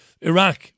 Iraq